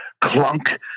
clunk